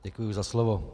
Děkuji za slovo.